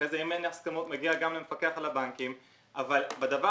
אם הסכמות זה מגיע גם למפקח על הבנקים אבל בדבר